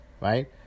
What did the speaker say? right